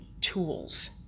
tools